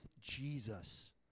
Jesus